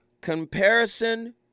Comparison